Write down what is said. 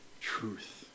truth